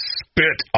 spit